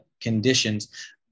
conditions